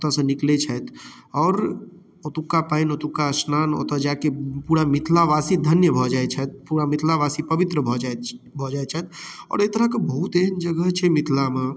ओतऽ सँ निकलै छथि आओर ओतुका पानि ओतुका स्नान ओतऽ जा कऽ पूरा मिथिलावासी धन्य भऽ जाइ छथि पूरा मिथिलावासी पवित्र भऽ जाइत छथि आओर एहि तरह के बहुत एहेन जगह छै जे मिथिलामे